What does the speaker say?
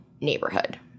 neighborhood